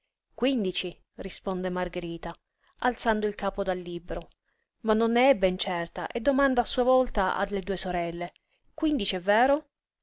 quindici risponde margherita alzando il capo dal libro ma non ne è ben certa e domanda a sua volta alle due sorelle quindici è vero